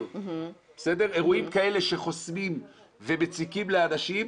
אירועים כאלה שחוסמים ומציקים לאנשים,